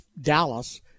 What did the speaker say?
Dallas